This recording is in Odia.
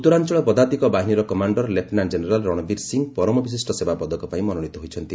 ଉତ୍ତରାଞ୍ଚଳ ପଦାତିକ ବାହିନୀର commander lieutenant general Ranbir Singh ପରମବିଶିଷ୍ଟ ସେବା ପଦକ ପାଇଁ ମନୋନୀତ ହୋଇଛନ୍ତି